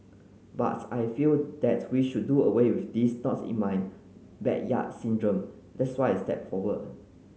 I feel that we should do away with this not in my backyard syndrome that's why I stepped forward